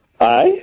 Aye